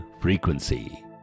frequency